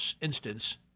instance